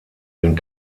den